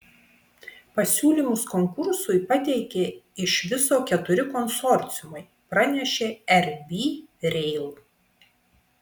pasiūlymus konkursui pateikė iš viso keturi konsorciumai pranešė rb rail